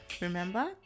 Remember